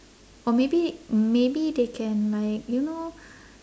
or maybe maybe they can like you know